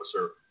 Officer